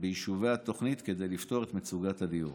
ביישובי התוכנית כדי לפתור את מצוקת הדיור.